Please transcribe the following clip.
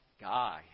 guy